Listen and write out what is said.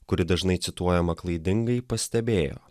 kuri dažnai cituojama klaidingai pastebėjo